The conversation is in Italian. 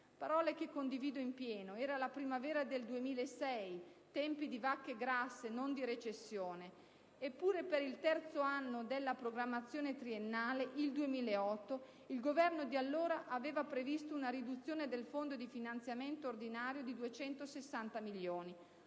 parole che condivido in pieno. Era la primavera del 2006, tempi di vacche grasse, non di recessione. Eppure, per il terzo anno della programmazione triennale, il 2008, il Governo di allora aveva previsto una riduzione del Fondo di finanziamento ordinario di 260 milioni.